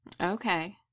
Okay